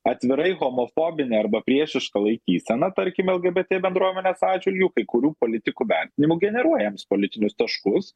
atvirai homofobinė arba priešiška laikysena tarkim lgbt bendruomenės atžvilgiu kai kurių politikų vertinimu generuoja jiems politinius taškus